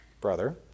brother